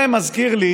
זה מזכיר לי